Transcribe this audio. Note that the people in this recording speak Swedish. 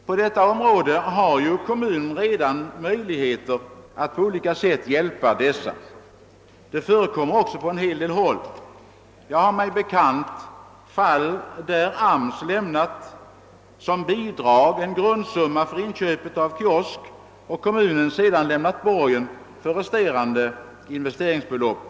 Kommunerna har redan nu möjligheter att hjälpa dessa människor på angivet sätt, och det gör man också på en hel del håll. Jag har mig sålunda bekant att AMS i några fall har lämnat bidrag i form av en grundsumma för inköp av en kiosk, och sedan har kommunen lämnat borgen för resterande investeringsbelopp.